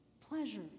pleasure